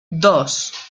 dos